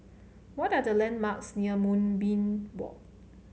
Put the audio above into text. what are the landmarks near Moonbeam Walk